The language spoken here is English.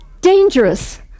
dangerous